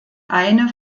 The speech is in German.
eine